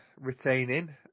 retaining